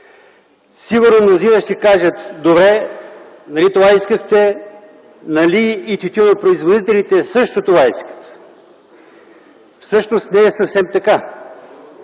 Сигурно мнозина ще кажат – добре, нали това искахте, нали и тютюнопроизводителите също това искат? Всъщност не е съвсем така.